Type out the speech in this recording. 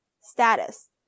status